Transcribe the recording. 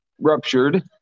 ruptured